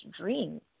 dreams